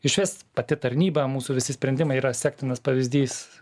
išvis pati tarnyba mūsų visi sprendimai yra sektinas pavyzdys